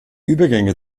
übergänge